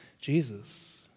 Jesus